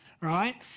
right